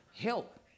help